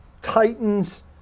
Titans